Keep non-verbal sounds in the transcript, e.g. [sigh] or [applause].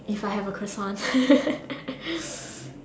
if I have a croissant [laughs]